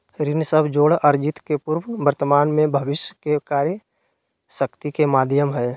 ऋण सब जोड़ अर्जित के पूर्व वर्तमान में भविष्य के क्रय शक्ति के माध्यम हइ